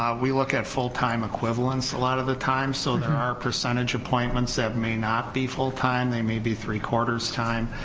ah we look at full time equivalents a lot of the time, so there are percentage appointments that may not be full time, they may be three four time,